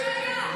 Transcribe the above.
אז מה הבעיה?